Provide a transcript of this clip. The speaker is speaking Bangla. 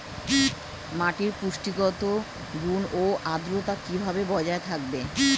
মাটির পুষ্টিগত গুণ ও আদ্রতা কিভাবে বজায় থাকবে?